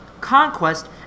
Conquest